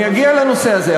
אני אגיע לנושא הזה.